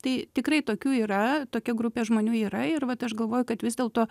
tai tikrai tokių yra tokia grupė žmonių yra ir vat aš galvoju kad vis dėlto